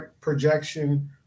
projection